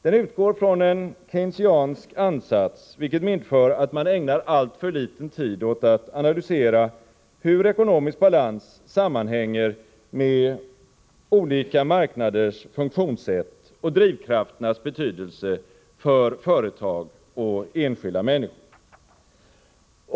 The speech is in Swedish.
Den utgår från en keynesiansk ansats, vilket medför att man ägnar alltför liten tid åt att analysera hur ekonomisk balans sammanhänger med olika marknaders funktionssätt och drivkrafternas betydelse för företag och enskilda människor.